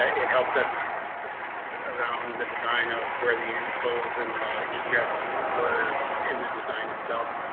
ah it helped us around the design of where the inflows in the. egress were in the design itself,